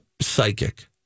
psychic